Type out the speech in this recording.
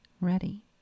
ready